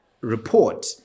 report